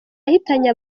yahitanye